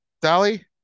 Dolly